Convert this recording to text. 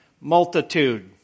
Multitude